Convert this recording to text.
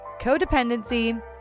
codependency